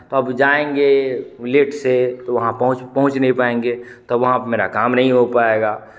तो अब जाएंगे लेट से तो वहाँ पहुँच पहुँच नहीं पाएंगे तो वहाँ पे मेरा काम नहीं हो पायेगा